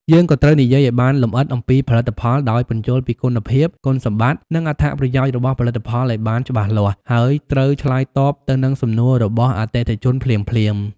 យើងក៏ត្រូវនិយាយឲ្យបានលម្អិតអំពីផលិតផល ដោយពន្យល់ពីគុណភាព គុណសម្បត្តិ និងអត្ថប្រយោជន៍របស់ផលិតផលឲ្យបានច្បាស់លាស់ ហើយត្រូវឆ្លើយតបទៅនឹងសំណួររបស់អតិថិជនភ្លាមៗ។